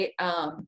right